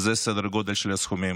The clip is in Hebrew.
זה סדר הגודל של הסכומים.